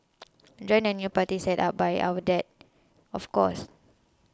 join the new party set up by our dad of course